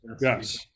yes